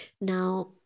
now